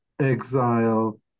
exile